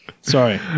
Sorry